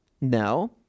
No